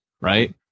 right